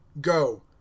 Go